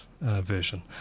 version